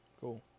Cool